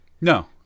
No